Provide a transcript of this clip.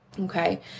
okay